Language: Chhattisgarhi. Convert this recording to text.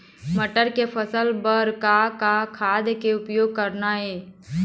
मटर के फसल बर का का खाद के उपयोग करना ये?